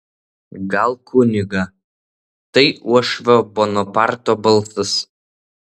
gal kunigą tai uošvio bonaparto balsas